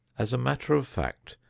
as a matter of fact,